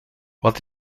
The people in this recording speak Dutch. wat